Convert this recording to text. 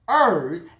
earth